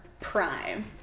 prime